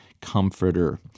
comforter